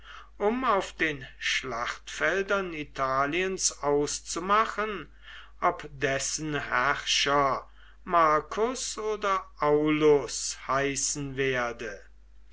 um auf den schlachtfeldern italiens auszumachen ob dessen herrscher marcus oder aulus heißen werde